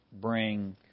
bring